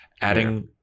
adding